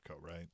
right